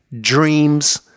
dreams